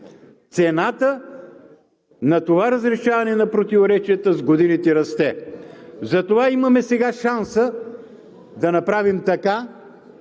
цената на това разрешаване на противоречията с годините расте. Затова имаме сега шанса да направим така,